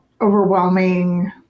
overwhelming